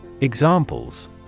Examples